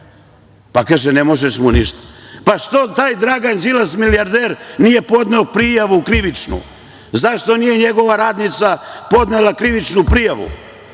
Pa, kaže, ne možeš mu ništa. Zašto taj Dragan Đilas milijarder nije podneo krivičnu prijavu, zašto nije njegova radnica podnela krivičnu prijavu?